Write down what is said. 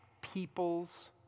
people's